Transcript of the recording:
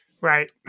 Right